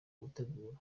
gutegura